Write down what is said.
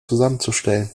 zusammenzustellen